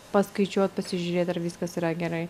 paskaičiuot pasižiūrėt ar viskas yra gerai